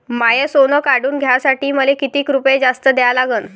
माय सोनं काढून घ्यासाठी मले कितीक रुपये जास्त द्या लागन?